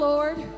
Lord